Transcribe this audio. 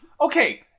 Okay